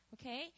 okay